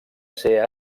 ser